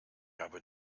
habe